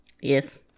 Yes